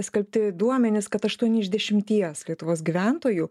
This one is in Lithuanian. paskelbti duomeys kad aštuoni iš dešimties lietuvos gyventojų